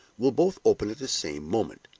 will both open at the same moment.